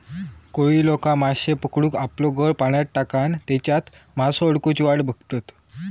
कोळी लोका माश्ये पकडूक आपलो गळ पाण्यात टाकान तेच्यात मासो अडकुची वाट बघतत